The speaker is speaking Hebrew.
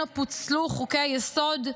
שממנו פוצלו חוקי היסוד,